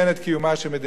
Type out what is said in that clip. כשאני אומר את זה,